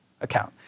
account